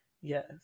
Yes